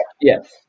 Yes